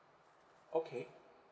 okay